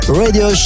radio